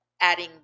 adding